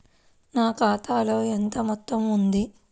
నా ఖాతాలో ఎంత మొత్తం ఉంది?